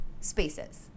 spaces